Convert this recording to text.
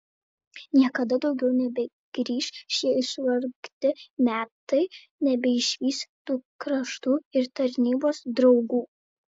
niekada daugiau nebegrįš šie išvargti metai nebeišvysi tų kraštų ir tarnybos draugų